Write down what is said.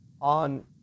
on